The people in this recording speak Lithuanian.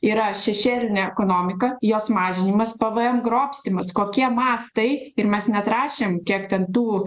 yra šešėlinė ekonomika jos mažinimas p v em grobstymas kokie mastai ir mes net rašėm kiek ten tų